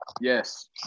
Yes